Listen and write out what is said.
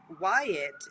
Wyatt